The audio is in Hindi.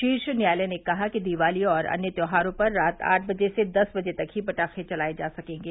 शीर्ष न्यायालय ने कहा कि दिवाली और अन्य त्यौहारों पर रात आठ बजे से दस बजे तक ही पटाखे चलाये जा सकेंगे